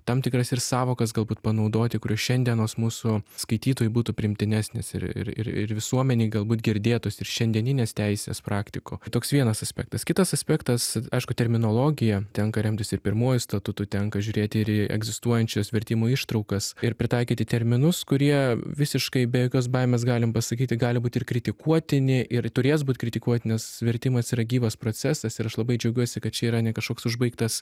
tam tikras ir sąvokas galbūt panaudoti kurios šiandienos mūsų skaitytojui būtų priimtinesnės ir ir ir ir visuomenei galbūt girdėtos ir šiandieninės teisės praktikoj toks vienas aspektas kitas aspektas aišku terminologija tenka remtis ir pirmuoju statutu tenka žiūrėti ir į egzistuojančias vertimo ištraukas ir pritaikyti terminus kurie visiškai be jokios baimės galim pasakyti gali būti ir kritikuotini ir turės būt kritikuoti nes vertimas yra gyvas procesas ir aš labai džiaugiuosi kad čia yra ne kažkoks užbaigtas